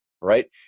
right